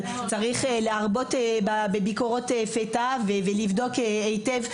אבל צריך להרבות בביקורות פתע ולבדוק היטב.